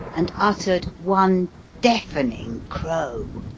and uttered one deafening crow.